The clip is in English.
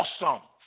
awesome